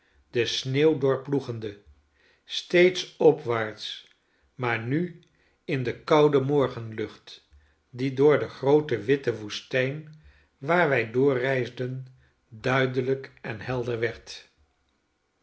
de sneeuw doorploegende steeds opwaarts maar nu in de koude morgenlucht die door de groote witte woestijn waar wij doorreisden duidelijk en helder werd